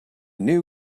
new